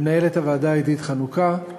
למנהלת הוועדה עדית חנוכה,